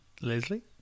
Leslie